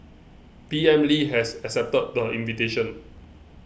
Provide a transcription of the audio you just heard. P M Lee has accepted the invitation